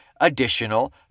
additional